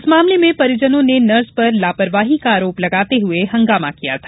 इस मामले में परिजनों ने नर्स पर लापरवाही का आरोप लगांते हुए हंगामा किया था